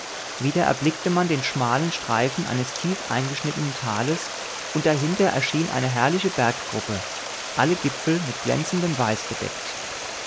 wieder erblickte man den schmalen streifen eines tief eingeschnittenen tales und dahinter erschien eine herrliche berggruppe alle gipfel mit glänzendem weiß bedeckt